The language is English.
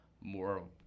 more